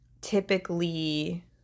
typically